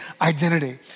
identity